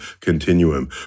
continuum